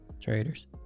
Traders